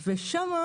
ושם,